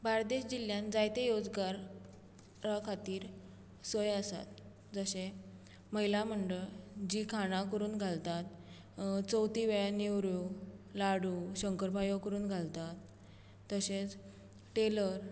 बार्देस जिल्यांत जायते योजगारा खातीर सोय आसात जशे महिला मंडळ जी खाणां करून घालतात चवथी वेळार नेवऱ्यो लाडू शंकरपाळ्यो करून घालतात तशेंच टेलर